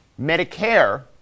Medicare